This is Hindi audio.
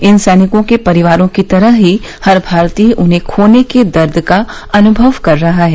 इन सैनिकों के परिवारों की तरह ही हर भारतीय उन्हें खोने का दर्द का अनुभव कर रहा है